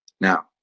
Now